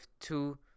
two